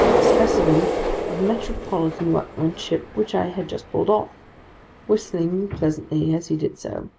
the specimen of metropolitan workmanship which i had just pulled off whistling, pleasantly, as he did so.